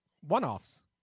one-offs